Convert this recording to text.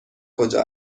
کجا